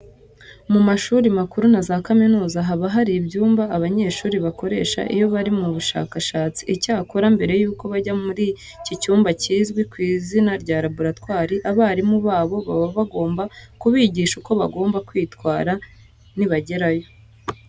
Mu mashuri makuru na za kaminuza haba hari ibyumba abanyeshuri bakoresha iyo bari mu bushakashatsi. Icyakora mbere yuko bajya muri iki cyumba kizwi ku izina rya laboratwari, abarimu babo baba bagomba kubigisha uko bagomba kwitara nibagerayo.